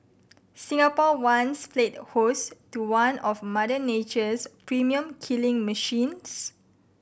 Singapore once played host to one of Mother Nature's premium killing machines